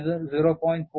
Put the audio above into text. ഇപ്പോൾ ഇത് 0